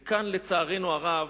וכאן, לצערנו הרב,